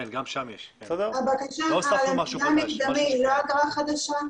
הבקשה המקדמית, זאת לא אגרה חדשה?